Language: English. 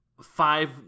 five